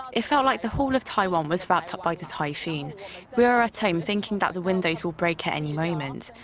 it felt like the whole of taiwan was wrapped up by the typhoon. we were at home thinking that the windows will break at any moment.